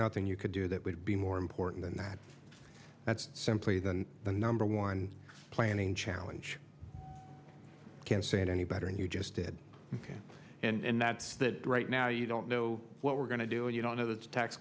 nothing you could do that would be more important than that that's simply than the number one planning challenge can't say it any better and you just said ok and that's that right now you don't know what we're going to do and you don't know the tax